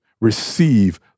Receive